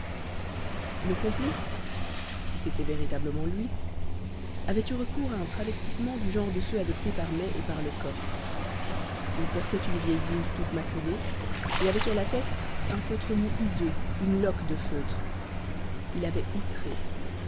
le complice si c'était véritablement lui avait eu recours à un travestissement du genre de ceux adoptés par mai et par lecoq il portait une vieille blouse toute maculée et avait sur la tête un feutre mou hideux une loque de feutre il avait outré